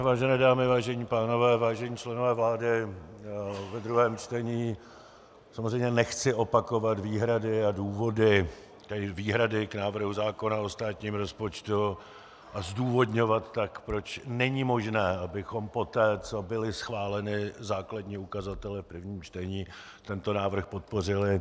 Vážené dámy, vážení pánové, vážení členové vlády, ve druhém čtení samozřejmě nechci opakovat výhrady a důvody k návrhu zákona o státním rozpočtu a zdůvodňovat tak, proč není možné, abychom poté, co byly schváleny základní ukazatele v prvním čtení, tento návrh podpořili.